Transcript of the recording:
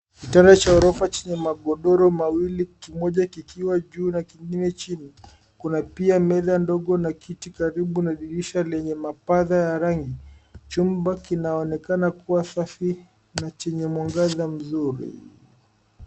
Kitanda cha ghorofa chenye magodoro mawili, kimoja kikiwa juu na kingine chini. Kuna pia meza ndogo na kiti karibu na dirisha lenye mapazio ya rangi . Chumba kinaonekana kuwa safi na chenye mwangaza mzuri.